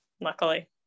luckily